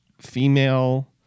female